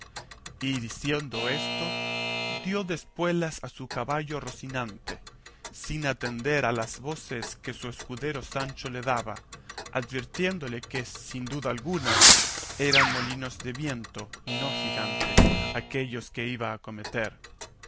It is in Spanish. y diciendo esto dio de espuelas a su caballo rocinante sin atender a las voces que su escudero sancho le daba advirtiéndole que sin duda alguna eran molinos de viento y no gigantes aquellos que iba a acometer